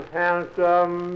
handsome